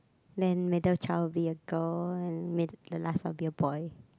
then middle child be a girl and made the last will be a boy